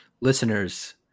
Listeners